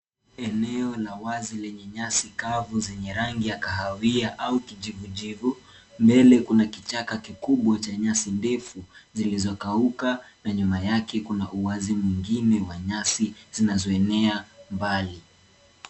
Eneo la wazi lenye nyasi kavu zenye rangi ya kahawia au kijivu jivu. Mbele kuna kichaka kikubwa cha nyasi ndefu zilizokauka na nyuma yake kuna uwazi mwingine wa nyasi zinazoenea mbali.